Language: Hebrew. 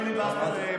כמה פעמים, אותי?